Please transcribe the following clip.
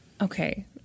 Okay